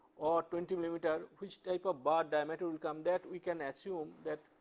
or twenty millimeter, which type of bar diameter will come, that we can assume that,